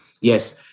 yes